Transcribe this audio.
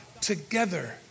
Together